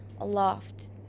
Aloft